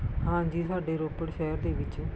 ਹਾਂਜੀ ਸਾਡੇ ਰੋਪੜ ਸ਼ਹਿਰ ਦੇ ਵਿੱਚ